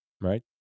right